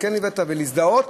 ולהזדהות,